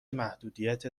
محدودیت